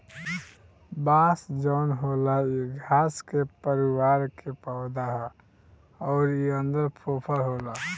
बांस जवन होला इ घास के परिवार के पौधा हा अउर इ अन्दर फोफर होला